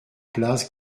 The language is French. place